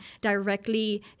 directly